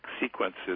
sequences